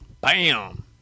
Bam